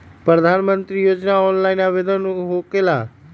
प्रधानमंत्री योजना ऑनलाइन आवेदन होकेला?